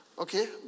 Okay